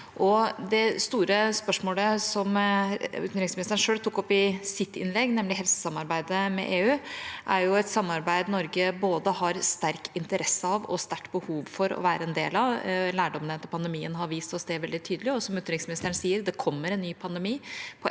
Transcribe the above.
det store spørsmålet som utenriksministeren selv tok opp i sitt innlegg, nemlig helsesamarbeidet med EU, er et samarbeid Norge har både sterk interesse av og sterkt behov for å være en del av. Lærdommen etter pandemien har vist oss det veldig tydelig. Som utenriksministeren sier, det kommer en ny pandemi på et eller